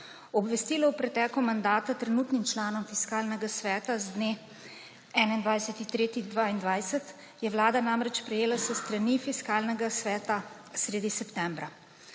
Obvestilo o preteku mandata trenutnim članom Fiskalnega sveta z dne 21. marec 2022 je Vlada namreč prejela s strani Fiskalnega sveta sredi septembra.